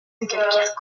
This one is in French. calcaire